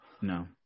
No